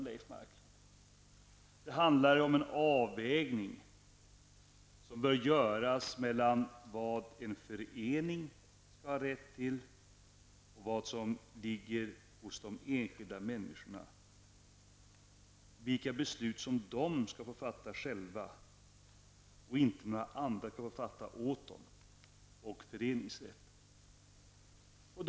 Nej, det handlar om att det bör göras en avvägning mellan vad en förening skall ha rätt till och vilka möjligheter den enskilde har. Det handlar alltså å ena sidan om beslut som den enskilde själv skall få fatta -- andra skall inte fatta beslut åt den enskilde -- och å andra sidan föreningsrätten.